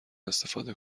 استفاده